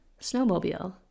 snowmobile